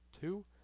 two